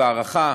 בהערכה,